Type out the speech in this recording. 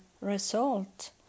result